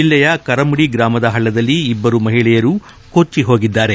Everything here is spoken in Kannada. ಜಲ್ಲೆಯ ಕರಮುಡಿ ಗ್ರಾಮದ ಪಳ್ದದಲ್ಲಿ ಇಭ್ಗರು ಮಹಿಳೆಯರು ಕೊಟ್ಟಿ ಹೋಗಿದ್ದಾರೆ